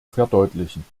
verdeutlichen